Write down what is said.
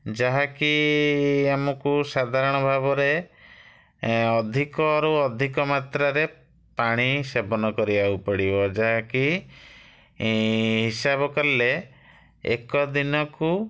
ଯାହାକି ଆମକୁ ସାଧାରଣ ଭାବରେ ଅଧିକରୁ ଅଧିକ ମାତ୍ରାରେ ପାଣି ସେବନ କରିବାକୁ ପଡ଼ିବ ଯାହାକି ହିସାବ କଲେ ଏକ ଦିନକୁ